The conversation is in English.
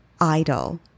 Idle